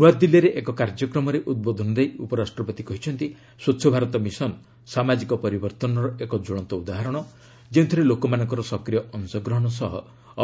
ନୂଆଦିଲ୍ଲୀରେ ଏକ କାର୍ଯ୍ୟକ୍ରମରେ ଉଦ୍ବୋଧନ ଦେଇ ଉପରାଷ୍ଟ୍ରପତି କହିଛନ୍ତି ସ୍ପଚ୍ଛ ଭାରତ ମିଶନ ସାମାଜିକ ପରିବର୍ତ୍ତନର ଏକ କ୍ୱଳନ୍ତ ଉଦାହରଣ ଯେଉଁଥିରେ ଲୋକମାନଙ୍କର ସକ୍ରିୟ ଅଂଶଗ୍ରହଣ ସହ